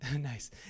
Nice